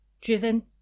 driven